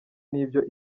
n’ibyo